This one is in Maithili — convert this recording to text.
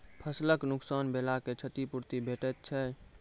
फसलक नुकसान भेलाक क्षतिपूर्ति भेटैत छै?